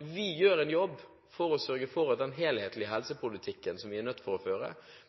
Vi gjør en jobb for å sørge for at den helhetlige helsepolitikken vi er nødt til å føre, både omfatter ernæringspolitikk og en politikk for å